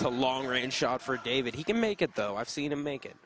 a long range shot for david he can make it though i've seen him mak